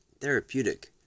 therapeutic